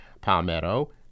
Palmetto